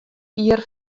jier